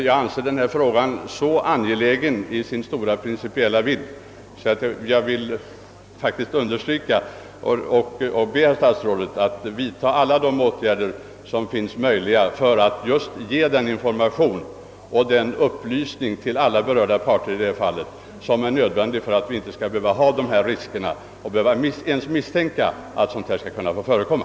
Jag anser dock denna fråga med dess stora principiella vidd vara så angelägen, att jag faktiskt vill be herr statsrådet vidtaga alla de åtgärder, som är möjliga för att ge alla berörda parter den information vilken kan behövas för att undanröja riskerna för övergrepp och varje misstanke om att sådana kan förekomma.